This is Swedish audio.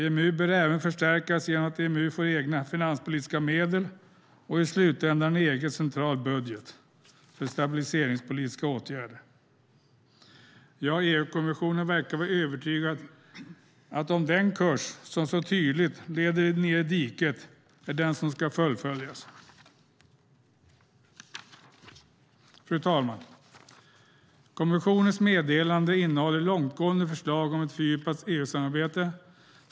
EMU bör även förstärkas genom att EMU får egna finanspolitiska medel och i slutändan en egen central budget för stabiliseringspolitiska åtgärder. EU-kommissionen verkar vara övertygad om att den kurs som så tydligt leder ned i diket är den som ska fullföljas. Fru talman! Kommissionens meddelande innehåller långtgående förslag om ett fördjupat EU-samarbete.